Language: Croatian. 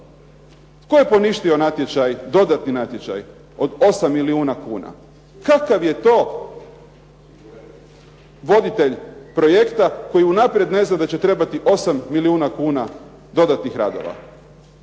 Tko je poništio dodatni natječaj od 8 milijuna kuna? Kakav je to voditelj projekta koji unaprijed ne zna da će trebati 8 milijuna kuna dodatnih radova?